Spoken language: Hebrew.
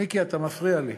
מיקי, אתה מפריע לי.